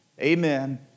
Amen